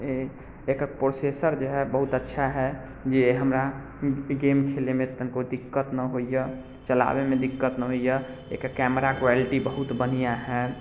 ए एकर प्रोसेसर जे हइ बहुत अच्छा हइ जे हमरा गेम खेलैमे तनिको दिक्कत नऽ होइए चलाबैमे दिक्कत नऽ होइए एकर कैमरा क्वालिटी बहुत बढ़िआँ हए